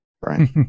right